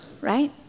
right